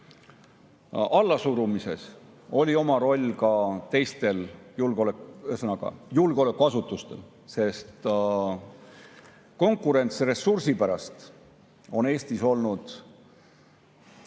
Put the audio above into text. allasurumisel oli oma roll ka julgeolekuasutustel, sest konkurents ressursi pärast on Eestis olnud,